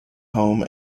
home